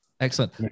Excellent